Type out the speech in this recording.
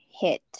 hit